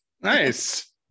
Nice